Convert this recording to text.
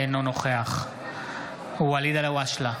אינו נוכח ואליד אלהואשלה,